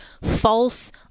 false